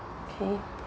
okay